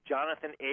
Jonathan